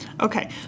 Okay